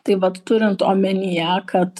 tai vat turint omenyje kad